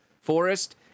forest